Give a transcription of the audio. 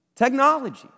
Technology